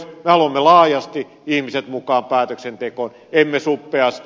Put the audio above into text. me haluamme laajasti ihmiset mukaan päätöksentekoon emme suppeasti